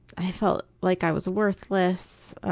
i felt like i was worthless.